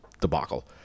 debacle